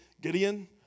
Gideon